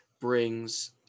brings